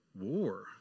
war